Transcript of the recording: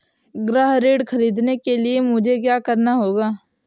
गृह ऋण ख़रीदने के लिए मुझे क्या करना होगा?